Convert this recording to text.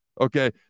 Okay